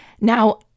Now